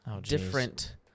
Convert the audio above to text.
different